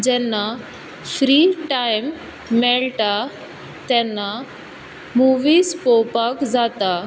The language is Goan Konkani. जेन्ना फ्री टायम मेळटा तेन्ना मुवीज पळोवपाक जाता